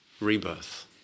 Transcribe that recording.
rebirth